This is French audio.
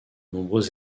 nombreux